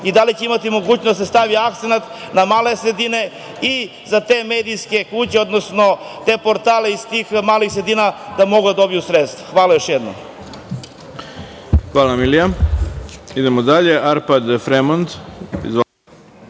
i da li će imati mogućnosti da se stavi akcenat na male sredine i za te medijske kuće, odnosno te portale iz tih malih sredina da mogu da dobiju sredstva? Hvala još jednom. **Ivica Dačić** Hvala, Milija. Idemo dalje, reč ima Arpad Fremond.